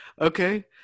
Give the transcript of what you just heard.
Okay